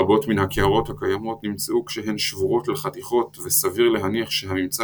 רבות מן הקערות הקיימות נמצאו כשהן שבורות לחתיכות וסביר להניח שהממצא